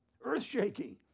earth-shaking